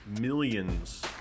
millions